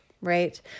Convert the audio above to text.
right